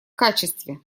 качестве